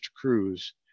Cruz